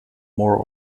more